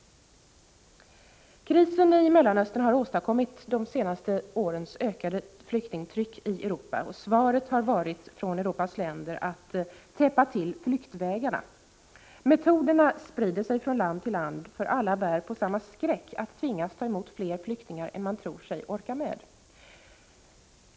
Det är krisen i Mellanöstern som har åstadkommit de senaste årens ökade flyktingtryck i Europa. Svaret från Europas länder har varit att flyktvägarna skall täppas till. Informationen om de metoder som därvid tillämpas sprider sig från land till land, för alla bär på samma skräck. Man är nämligen rädd för att man skall tvingas ta emot fler flyktingar än man tror sig orka med.